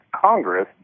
Congress